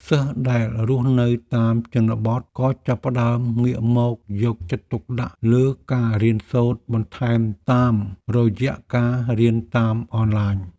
សិស្សដែលរស់នៅតាមជនបទក៏ចាប់ផ្តើមងាកមកយកចិត្តទុកដាក់លើការរៀនសូត្របន្ថែមតាមរយៈការរៀនតាមអនឡាញ។